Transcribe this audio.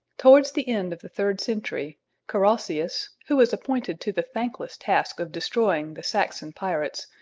towards the end of the third century carausius, who was appointed to the thankless task of destroying the saxon pirates,